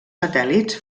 satèl·lits